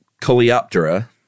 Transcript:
Coleoptera